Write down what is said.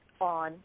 on